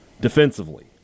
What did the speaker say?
defensively